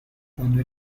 cuando